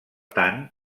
tant